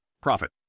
Profit